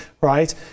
Right